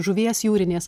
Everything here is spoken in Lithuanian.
žuvies jūrinės